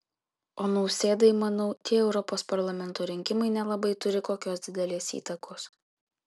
o nausėdai manau tie europos parlamento rinkimai nelabai turi kokios didelės įtakos